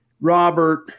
Robert